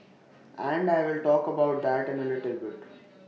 and I will talk about that in A little bit